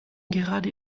gerade